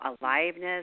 aliveness